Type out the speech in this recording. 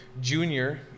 junior